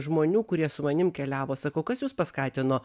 žmonių kurie su manim keliavo sakau kas jus paskatino